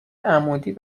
عمود